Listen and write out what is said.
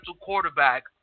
quarterback